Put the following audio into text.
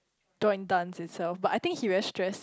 join dance himself but I think he really stress